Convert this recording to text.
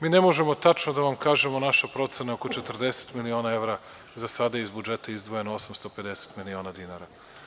Mi ne možemo tačno da vam kažemo, naša procena je oko 40 miliona evra, za sada je iz budžeta izdvojeno 850 miliona dinara.